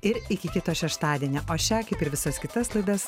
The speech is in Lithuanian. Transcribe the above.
ir iki kito šeštadienio o šią kaip ir visas kitas laidas